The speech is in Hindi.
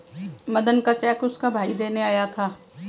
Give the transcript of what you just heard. मदन का चेक उसका भाई देने आया था